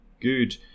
good